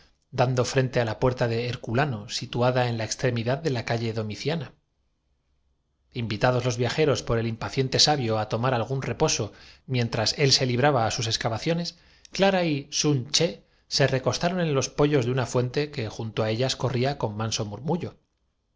do frente á la puerta de herculano situada en la extre midad de la calle domiciana invitados los viajeros por el impaciente sabio á tomar algún reposo mientras él se libraba á sus excavaciones clara y sun ché se recostaron en los poyos de una fuente que junto á ellas corría con manso murmullo